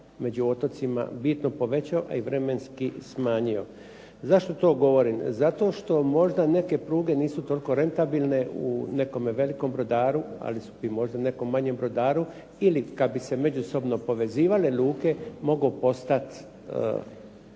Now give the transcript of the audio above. među otocima bitno povećao, a i vremenski smanjio. Zašto to govorim? Zato što možda neke pruge nisu toliko rentabilne u nekome velikom brodaru, ali su možda nekom manjem brodaru ili kad bi se međusobno povezivale luke, mogao postat